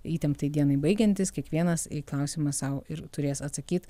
įtemptai dienai baigiantis kiekvienas į klausimą sau ir turės atsakyt